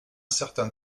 certain